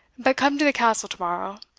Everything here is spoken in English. but come to the castle to-morrow,